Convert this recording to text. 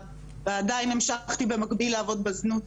ועדיין המשכתי במקביל לעבוד בזנות,